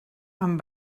amb